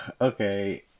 okay